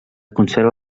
conserva